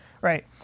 right